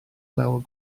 lawer